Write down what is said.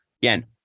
Again